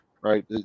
right